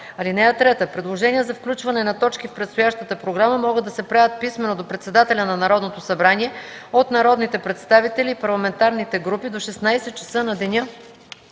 програма. (3) Предложения за включване на точки в предстоящата програма могат да се правят писмено до председателя на Народното събрание от народните представители и парламентарните групи до 16,00 ч. на деня,